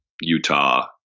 Utah